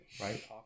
right